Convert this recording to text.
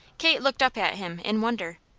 kate looked up at him in wonder.